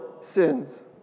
sins